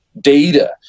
data